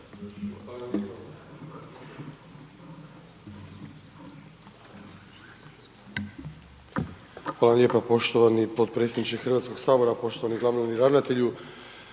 Hvala lijepa. Poštovani potpredsjedniče Hrvatskog sabora, poštovani glavni ravnatelju.